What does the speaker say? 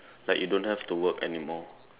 like you don't have to work anymore